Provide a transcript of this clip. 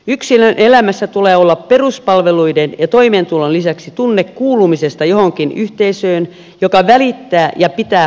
yksilön elämässä tulee olla peruspalveluiden ja toimeentulon lisäksi tunne kuulumisesta johonkin yhteisöön joka välittää ja pitää huolta omistaan